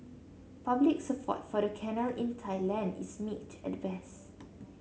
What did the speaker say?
public support for the canal in Thailand is mixed at best